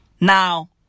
Now